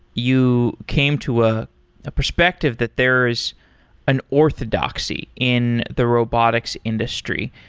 you came to a ah perspective that there is an orthodoxy in the robotics industry.